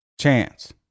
Chance